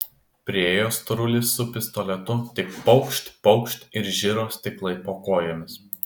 priėjo storulis su pistoletu tik paukšt paukšt ir žiro stiklai po kojomis